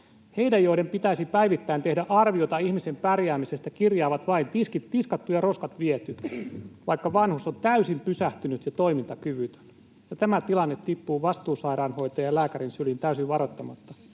Heidän, joiden pitäisi päivittäin tehdä arviota ihmisen pärjäämisestä, kirjaavat vain ’tiskit tiskattu ja roskat viety’, vaikka vanhus on täysin pysähtynyt ja toimintakyvytön. Tämä tilanne tippuu vastuusairaanhoitajan ja lääkärin syliin täysin varoittamatta.